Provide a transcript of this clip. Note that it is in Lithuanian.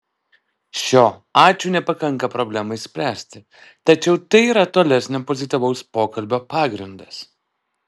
šio ačiū nepakanka problemai išspręsti tačiau tai yra tolesnio pozityvaus pokalbio pagrindas